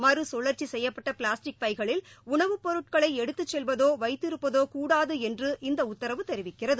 மறு சுழற்சி செய்யப்பட்ட பிளாஸ்டிக் பைகளில் உணவுப் பொருட்களை எடுத்துச் செல்வதோ வைத்திருப்பதோ கூடாது என்று இந்த உத்தரவு தெரிவிக்கிறது